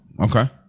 okay